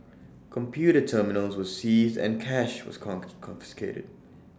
computer terminals were seized and cash was confiscated